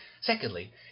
Secondly